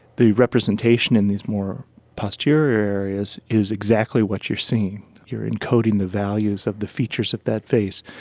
the representation in these more posterior areas is exactly what you are seeing, you are encoding the values of the features of that face.